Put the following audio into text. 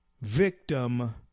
victim